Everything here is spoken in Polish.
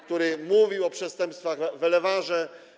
który mówił o przestępstwach w Elewarrze.